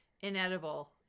inedible